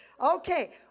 Okay